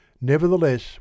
nevertheless